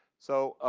so